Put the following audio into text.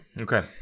Okay